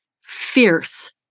fierce